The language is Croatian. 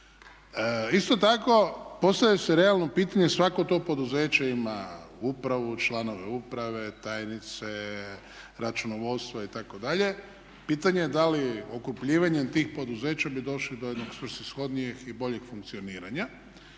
Isto tako postavlja se realno pitanje, svako to poduzeće ima upravu, članove uprave, tajnice, računovodstvo itd., pitanje je da li …/Govornik se ne razumije./… tih poduzeća bi došli do jednog svrsishodnijeg i boljeg funkcioniranja.